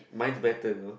mine's better though